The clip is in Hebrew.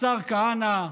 השר כהנא,